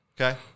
Okay